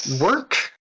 work